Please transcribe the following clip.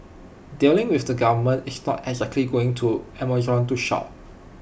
dealing with the government is not exactly going to Amazon to shop